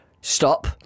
Stop